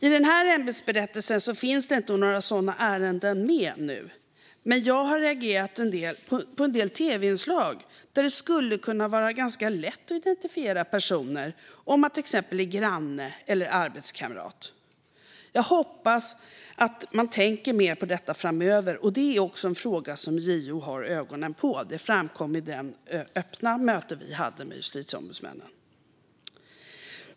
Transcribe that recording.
I den här ämbetsberättelsen finns det inte några sådana ärenden med, men jag har reagerat på en del tv-inslag där det skulle kunna vara ganska lätt att identifiera personer om man till exempel är granne eller arbetskamrat. Jag hoppas att man tänker mer på detta framöver. Det är också en fråga som JO har ögonen på, vilket framkom vid det öppna möte vi hade med justitieombudsmännen.